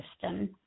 system